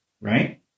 Right